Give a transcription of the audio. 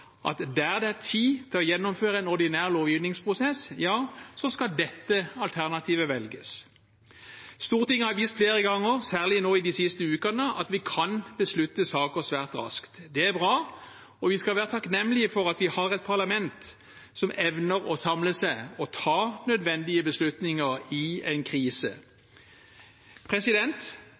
at der det er tid til å gjennomføre en ordinær lovgivningsprosess, skal det alternativet velges. Stortinget har vist flere ganger, særlig nå i de siste ukene, at vi kan beslutte saker svært raskt. Det er bra, og vi skal være takknemlige for at vi har et parlament som evner å samle seg og ta nødvendige beslutninger i en krise.